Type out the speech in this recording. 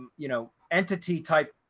you know, entity type